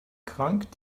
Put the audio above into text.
krank